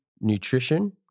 nutrition